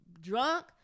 drunk